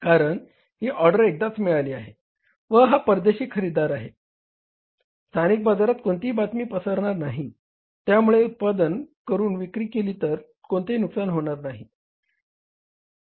कारण ही ऑर्डर एकदाच मिळाली आहे व हा परदेशी खरेदीदार असल्याने स्थानिक बाजारात कोणतीही बातमी पसरणार नाही त्यामुळे उत्पादन करून विक्री केली तर कोणतेही नुकसान होणार नाही